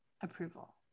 approval